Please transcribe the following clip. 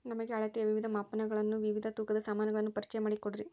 ನಮಗೆ ಅಳತೆಯ ವಿವಿಧ ಮಾಪನಗಳನ್ನು ವಿವಿಧ ತೂಕದ ಸಾಮಾನುಗಳನ್ನು ಪರಿಚಯ ಮಾಡಿಕೊಡ್ರಿ?